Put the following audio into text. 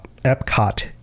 Epcot